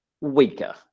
weaker